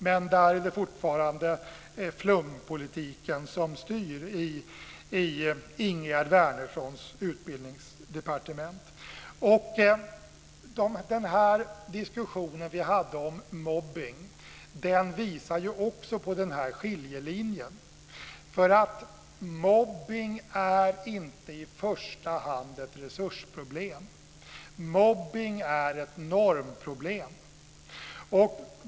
Men där är det fortfarande flumpolitiken som styr i Ingegerd Wärnerssons utbildningsdepartement. Den diskussion vi hade om mobbning visar också på den här skiljelinjen. Mobbning är inte i första hand ett resursproblem. Mobbning är ett normproblem.